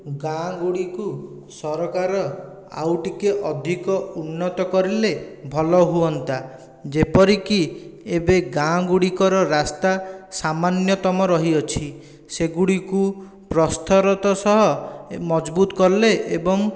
ଗାଁ ଗୁଡ଼ିକୁ ସରକାର ଆଉ ଟିକିଏ ଅଧିକ ଉନ୍ନତ କରିଲେ ଭଲ ହୁଅନ୍ତା ଯେପରିକି ଏବେ ଗାଁ ଗୁଡ଼ିକର ରାସ୍ତା ସାମାନ୍ୟତମ ରହିଅଛି ସେଗୁଡ଼ିକୁ ପ୍ରସ୍ଥରତ ସହ ମଜବୁତ କଲେ ଏବଂ